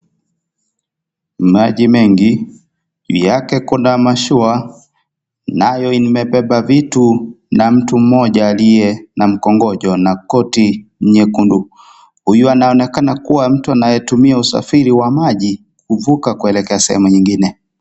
Maji mengi, juu yake kuna mashua nayo imebeba vitu na mtu moja liye na mkongojo na koti nyekundu huyu anaonekana kuwa mtu anayetumia usafiri wa maji kufuka kuelekea sehemu nyingine.